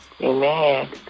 Amen